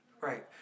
Right